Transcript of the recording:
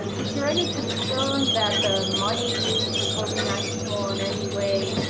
ah is there any concern that the money used for covid nineteen will in anyway